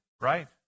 right